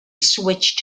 switch